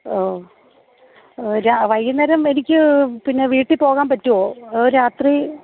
ഓ ഒരു ആ വൈകുന്നേരം എനിക്ക് പിന്നെ വീട്ടിൽ പോകാൻ പറ്റുമോ രാത്രി